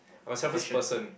I'm a selfish person